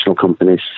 companies